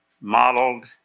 modeled